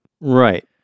Right